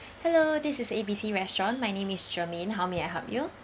hello this is A B C restaurant my name is germaine how may I help you